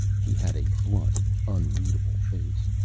he had a blunt, unreadable face.